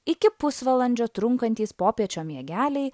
iki pusvalandžio trunkantys popiečio miegeliai